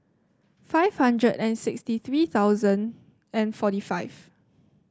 five hundred and sixty three thousand and forty five